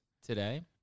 Today